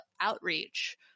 outreach